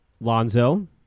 Lonzo